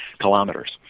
kilometers